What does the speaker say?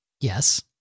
Yes